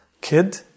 kid